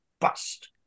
bust